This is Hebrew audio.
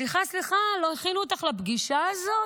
סליחה, סליחה, לא הכינו אותך לפגישה הזאת?